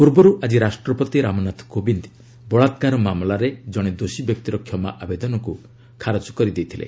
ପୂର୍ବରୁ ଆଜି ରାଷ୍ଟ୍ରପତି ରାମନାଥ କୋବିନ୍ଦ ବଳାକାର ମାମଲାର ଜଣେ ଦୋଷୀ ବ୍ୟକ୍ତିର କ୍ଷମା ଆବେଦନକୁ ଖାରଜ କରିଦେଇଥିଲେ